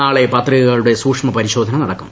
നാളെ പത്രികകളുടെ സൂക്ഷ്മ പരിശോധന നടക്കും